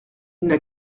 n’a